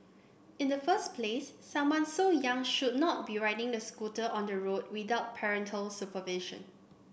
in the first place someone so young should not be riding the scooter on the road without parental supervision